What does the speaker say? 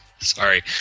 Sorry